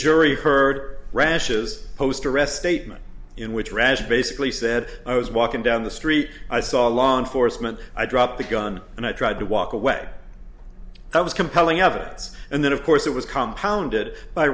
jury heard rashes post arrest statement in which rash basically said i was walking down the street i saw a law enforcement i drop the gun and i tried to walk away i was compelling evidence and then of course it was compound it by